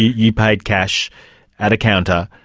you paid cash at a counter,